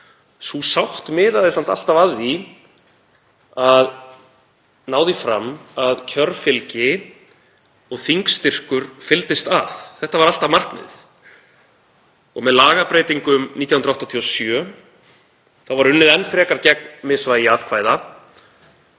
Sú sátt miðaði samt alltaf að því að ná því fram að kjörfylgi og þingstyrkur fylgdust að. Það var alltaf markmiðið. Með lagabreytingum 1987 var unnið enn frekar gegn misvægi atkvæða